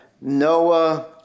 Noah